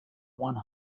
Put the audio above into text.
one